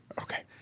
Okay